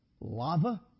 lava